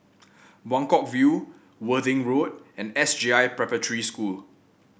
Buangkok View Worthing Road and S J I Preparatory School